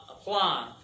apply